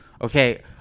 okay